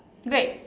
wait